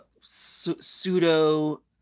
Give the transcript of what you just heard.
pseudo